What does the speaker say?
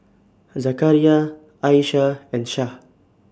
Zakaria Aishah and Syah